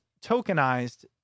tokenized